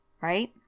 right